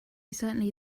certainly